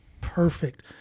perfect